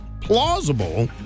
plausible